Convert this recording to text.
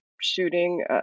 shooting